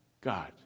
God